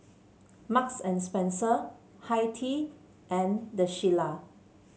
Marks and Spencer Hi Tea and The Shilla